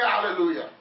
hallelujah